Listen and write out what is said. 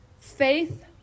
Faith